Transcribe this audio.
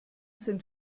sind